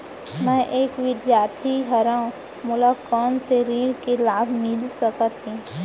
मैं एक विद्यार्थी हरव, मोला कोन से ऋण के लाभ मिलिस सकत हे?